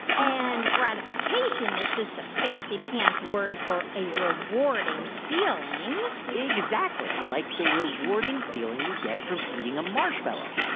and gratification is just a fancy-pants word for a rewarding feeling exactly. like the rewarding feeling you get from eating a marshmallow.